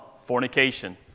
fornication